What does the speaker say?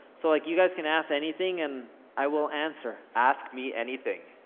so like, you guys can ask anything, and i will answer. ask me anything.